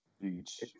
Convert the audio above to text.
Beach